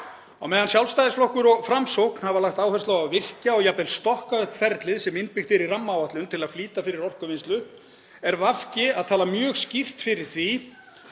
Á meðan Sjálfstæðisflokkur og Framsókn hafa lagt áherslu á að virkja og jafnvel stokka upp ferlið sem innbyggt er í rammaáætlun til að flýta fyrir orkuvinnslu er VG að tala mjög skýrt fyrir því